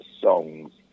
songs